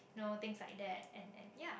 you know things like that and and ya